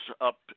up